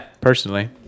Personally